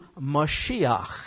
Mashiach